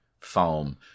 foam